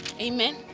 Amen